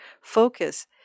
focus